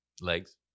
legs